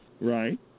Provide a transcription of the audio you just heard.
Right